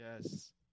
Yes